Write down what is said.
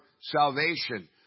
salvation